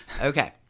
Okay